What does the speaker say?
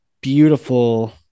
beautiful